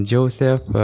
Joseph